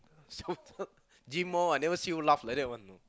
super gym more I never see you laugh like that one